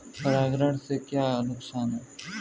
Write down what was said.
परागण से क्या क्या नुकसान हैं?